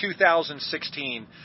2016